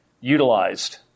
utilized